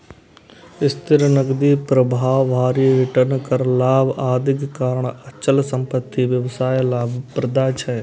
स्थिर नकदी प्रवाह, भारी रिटर्न, कर लाभ, आदिक कारण अचल संपत्ति व्यवसाय लाभप्रद छै